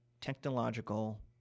technological